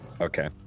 Okay